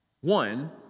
One